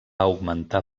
augmentar